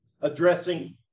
addressing